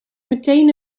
meteen